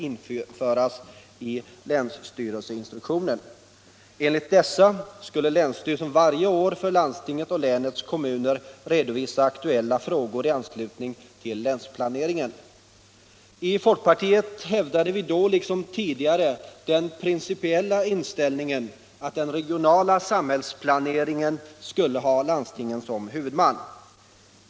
i sin tur byggde på länsberedningens förslag. Folkpartiet hävdade då liksom tidigare den principiella inställningen att den regionala samhällsplaneringen skulle ha landstingen som huvudman.